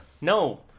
No